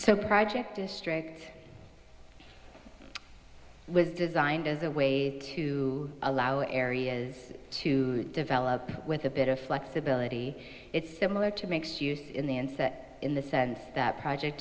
so project district was designed as a way to allow areas to develop with a bit of flexibility it's similar to makes use in the inset in the sense that project